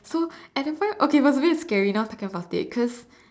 so at that point okay a bit scary now that I am thinking about it cause